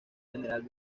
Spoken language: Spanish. general